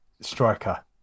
striker